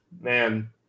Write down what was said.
man